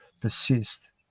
persist